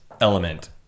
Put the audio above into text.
element